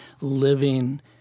living